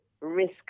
risk